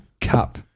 cup